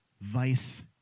vice